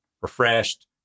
Refreshed